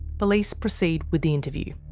police proceed with the interview.